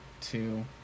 two